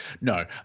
No